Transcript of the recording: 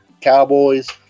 Cowboys